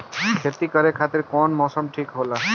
खेती करे खातिर कौन मौसम ठीक होला?